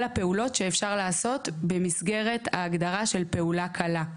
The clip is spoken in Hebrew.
הפעולות שאפשר לעשות במסגרת ההגדרה של פעולה קלה.